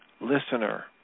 listener